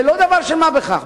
זה לא דבר של מה בכך.